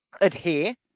adhere